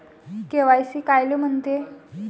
KYC कायले म्हनते?